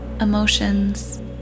emotions